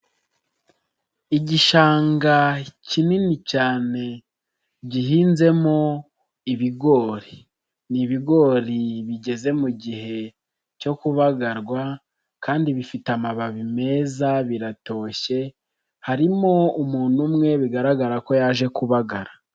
Igishanga kinini cyane gihinzemo ibigori, ni ibigori bigeze mu gihe cyo kubagarwa kandi bifite amababi meza biratoshye harimo umuntu umwe bigaragara ko yaje kubagara.